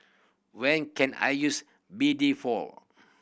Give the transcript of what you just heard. when can I use B D for